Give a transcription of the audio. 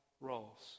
roles